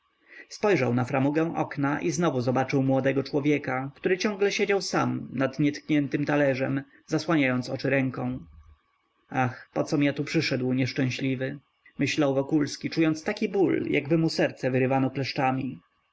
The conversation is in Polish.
spojrzał na framugę okna i znowu zobaczył młodego człowieka który ciągle siedział sam nad nietkniętym talerzem zasłaniając oczy ręką ach pocom ja tu przyszedł nieszczęśliwy myślał wokulski czując taki ból jakby mu serce wyrywano kleszczami